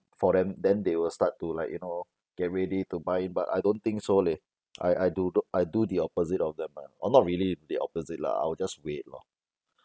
for them then they will start to like you know get ready to buy in but I don't think so leh I I do I do the opposite of them ah or not really the opposite lah I will just wait lor